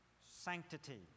sanctity